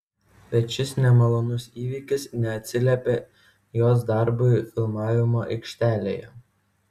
bet šis nemalonus įvykis neatsiliepė jos darbui filmavimo aikštelėje